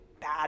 bad